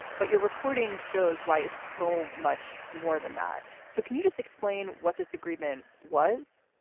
but your reporting shows why it's so much more than that. so can you just explain what this agreement was?